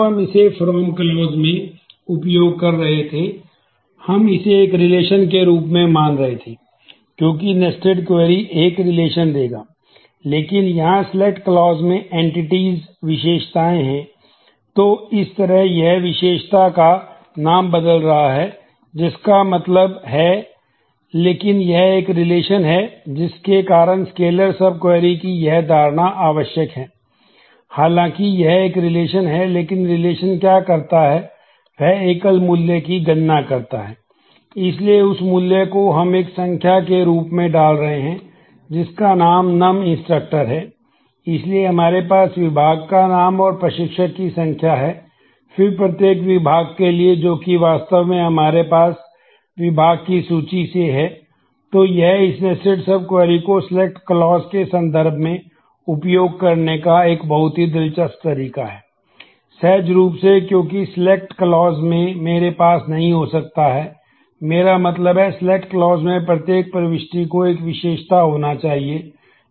हम इसे एक रिलेशन संभव नहीं हैं